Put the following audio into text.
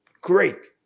Great